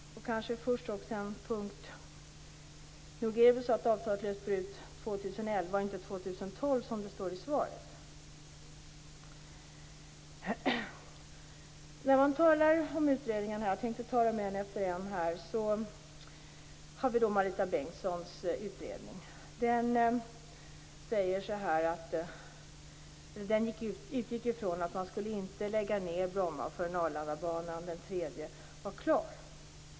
Nog är det väl så att avtalet löper ut 2011, inte 2012 som det står i svaret? Jag tänkte ta upp utredningarna en efter en. Marita Bengtssons utredning utgick från att man inte skulle lägga ned Bromma förrän den tredje Arlandabanan var klar.